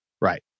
Right